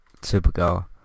Supergirl